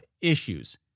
issues